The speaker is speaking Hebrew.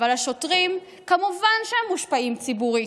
אבל השוטרים כמובן מושפעים ציבורית,